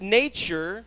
nature